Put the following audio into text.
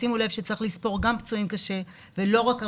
שימו לב שצריך לספור גם פצועים קשה ולא רק הרוגים,